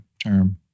term